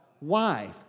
Wife